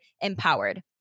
empowered